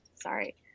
sorry